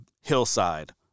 hillside